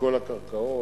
שכל הקרקעות,